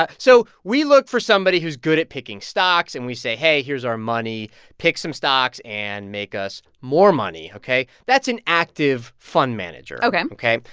ah so we look for somebody who's good at picking stocks, and we say, hey here's our money. pick some stocks, and make us more money, ok? that's an active fund manager ok ok.